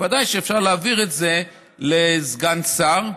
ודאי שאפשר להעביר את זה לסגן שר.